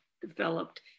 developed